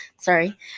Sorry